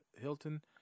Hilton